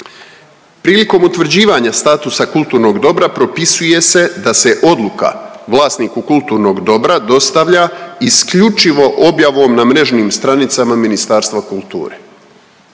Prilikom utvrđivanja statusa kulturnog dobra, propisuje se da se odluka vlasniku kulturnog dobra dostavlja isključivo objavom na mrežnim stranicama Ministarstvo kulture.